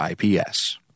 IPS